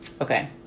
Okay